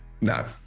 No